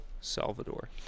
Salvador